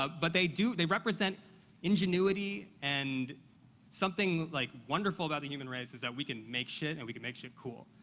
but they do they represent ingenuity, and something, like, wonderful about the and human race is that we can make shit and we can make shit cool.